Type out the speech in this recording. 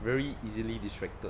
very easily distracted